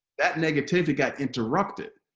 that and positivity got interrupted.